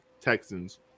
Texans